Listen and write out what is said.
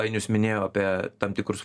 ainius minėjo apie tam tikrus